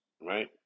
right